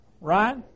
Right